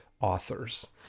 authors